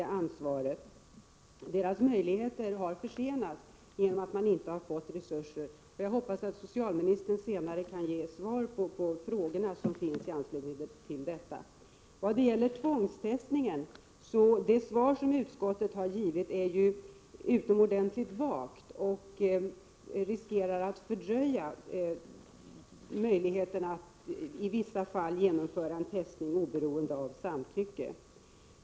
Socialstyrelsens möjligheter har försenats genom att man inte har fått tillräckliga resurser. Jag hoppas att socialministern senare kan ge svar på de frågor som finns i anslutning till detta. Vad gäller tvångstestningen är det svar som utskottet har givit utomordentligt vagt och riskerar att fördröja möjligheterna att i vissa fall genomföra en testning oberoende av samtycke.